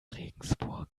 regensburg